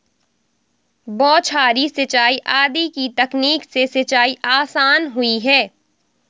बौछारी सिंचाई आदि की तकनीक से सिंचाई आसान हुई है